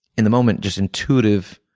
in the moment, just intuitive